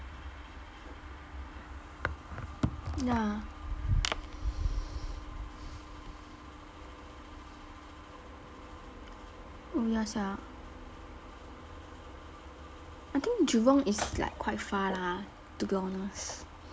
ya oh ya sia I think jurong is like quite far lah to be honest